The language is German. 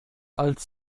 als